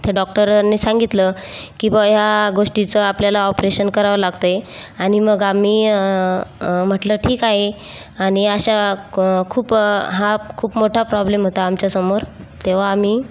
त्या डॉक्टरांनी सांगितलं कि बुवा ह्या गोष्टीचा आपल्याला ऑपेरेशन करावं लागतंय आणि मग आम्ही म्हटलं ठीक आहे आणि अशा खो खूप हा खूप मोठा प्रॉब्लेम होता आमच्यासमोर तेव्हा आम्ही